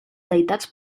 deïtats